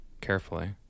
carefully